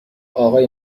آقای